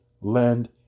lend